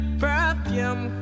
perfume